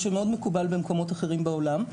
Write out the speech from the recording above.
מה שמאוד מקובל במקומות אחרים בעולם,